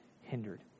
hindered